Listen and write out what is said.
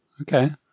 Okay